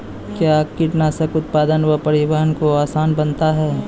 कया कीटनासक उत्पादन व परिवहन को आसान बनता हैं?